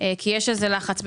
כי יש איזשהו לחץ.